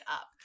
up